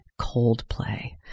Coldplay